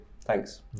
Thanks